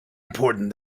important